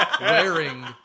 wearing